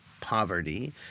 poverty